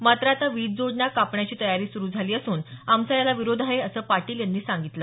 मात्र आता वीज जोडण्या कापण्याची तयारी सुरू झाली असून आमचा याला विरोध आहे असं पाटील यांनी सांगितलं